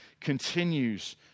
continues